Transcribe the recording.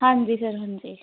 ਹਾਂਜੀ ਸਰ ਹਾਂਜੀ